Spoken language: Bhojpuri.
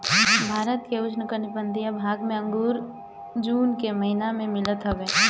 भारत के उपोष्णकटिबंधीय भाग में अंगूर जून के महिना में मिलत हवे